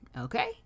Okay